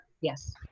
Yes